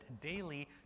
daily